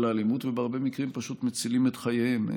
האלימות ובהרבה מקרים פשוט מצילים את חייהם,